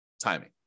timing